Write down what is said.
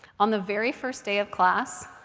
on the very first day of class,